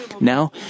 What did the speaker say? Now